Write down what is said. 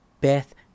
Beth